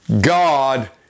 God